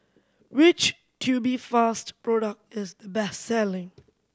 which Tubifast product is the best selling